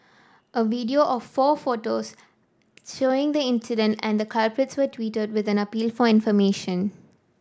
a video of four photos showing the incident and the culprits were tweeted with an appeal for information